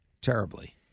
Terribly